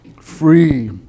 free